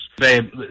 Babe